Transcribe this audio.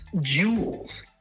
jewels